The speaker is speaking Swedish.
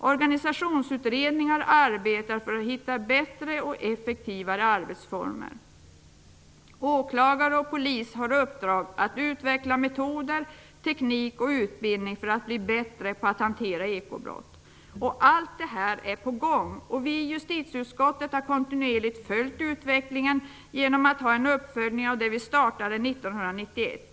Organisationsutredningar arbetar med att hitta bättre och effektivare arbetsformer. Åklagare och polis har i uppdrag att utveckla metoder, teknik och utbildning för att bättre hantera ekobrott. Allt detta är på gång. Vi i justitieutskottet har kontinuerligt följt utvecklingen genom en uppföljning av det som vi startade 1991.